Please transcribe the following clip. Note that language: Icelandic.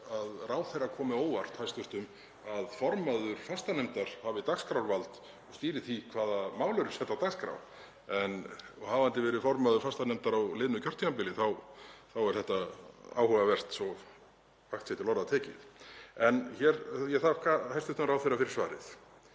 ráðherra komi á óvart að formaður fastanefndar hafi dagskrárvald og stýri því hvaða mál eru sett á dagskrá. Hafandi verið formaður fastanefndar á liðnu kjörtímabili þá er þetta áhugavert svo vægt sé til orða tekið. En ég þakka hæstv. ráðherra fyrir svarið.